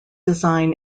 design